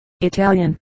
Italian